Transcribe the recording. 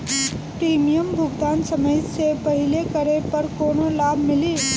Premium भुगतान समय से पहिले करे पर कौनो लाभ मिली?